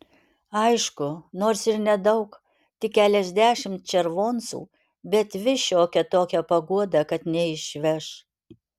aišku nors ir nedaug tik keliasdešimt červoncų bet vis šiokia tokia paguoda kad neišveš